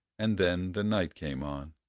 and then the night came on.